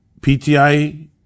PTI